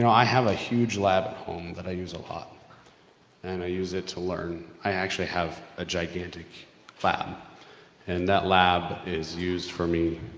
i have a huge lab at home that i use a lot and i use it to learn. i actually have a gigantic lab and that lab is used for me.